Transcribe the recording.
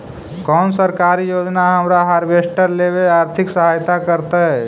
कोन सरकारी योजना हमरा हार्वेस्टर लेवे आर्थिक सहायता करतै?